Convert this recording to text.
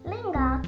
Linga